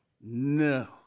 no